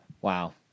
wow